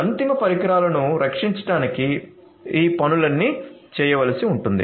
అంతిమ పరికరాలను రక్షించడానికి ఈ పనులన్నీ చేయవలసి ఉంటుంది